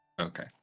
Okay